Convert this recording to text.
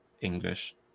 English